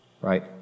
Right